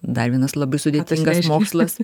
dar vienas labai sudėtingas mokslas